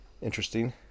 interesting